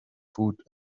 food